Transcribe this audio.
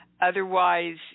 Otherwise